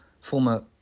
former